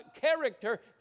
character